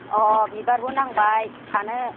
अ बिबारबो नांबाय खानो